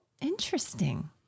Interesting